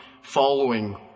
following